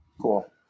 Cool